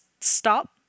stop